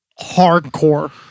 hardcore